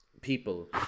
people